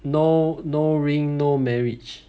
no no ring no marriage